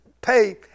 pay